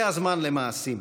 זה הזמן למעשים.